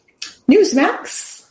Newsmax